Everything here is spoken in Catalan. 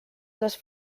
les